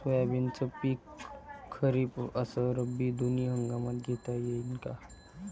सोयाबीनचं पिक खरीप अस रब्बी दोनी हंगामात घेता येईन का?